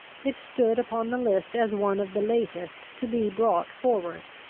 it stood upon the list as one of the latest to be brought forward.